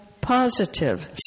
positive